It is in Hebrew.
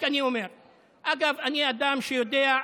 אגב, אני אדם שיודע,